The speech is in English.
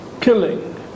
killing